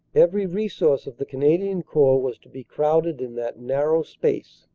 every resource of the canadian corps was to be crowded in that narrow space.